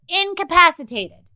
incapacitated